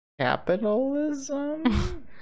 Capitalism